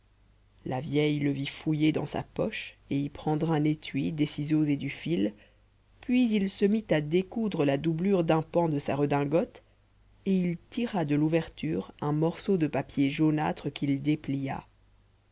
la vieille le vit fouiller dans sa poche et y prendre un étui des ciseaux et du fil puis il se mit à découdre la doublure d'un pan de sa redingote et il tira de l'ouverture un morceau de papier jaunâtre qu'il déplia